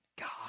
God